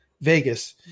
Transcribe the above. Vegas